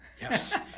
Yes